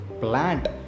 plant